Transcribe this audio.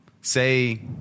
say